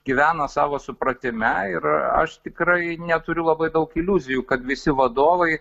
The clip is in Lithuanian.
gyvena savo supratime ir aš tikrai neturiu labai daug iliuzijų kad visi vadovai